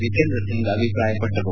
ಜಿತೇಂದ್ರ ಸಿಂಗ್ ಅಭಿಪ್ರಾಯಪಟ್ಟರು